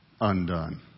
undone